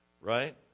right